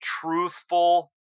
truthful